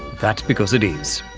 that's because it is!